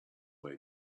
way